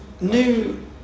New